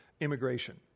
immigration